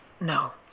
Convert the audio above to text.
No